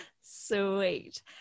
Sweet